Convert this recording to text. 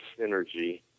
synergy